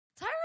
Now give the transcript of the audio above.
Tyra